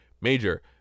major